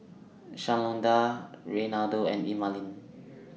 Shalonda Reynaldo and Emaline